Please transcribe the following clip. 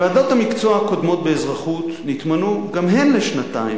ועדות המקצוע הקודמות באזרחות נתמנו גם הן לשנתיים,